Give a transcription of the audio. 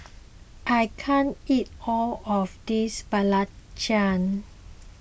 I can't eat all of this Belacan